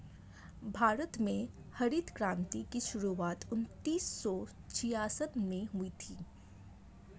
भारत में हरित क्रान्ति की शुरुआत उन्नीस सौ छियासठ में हुई थी